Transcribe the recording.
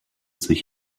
sich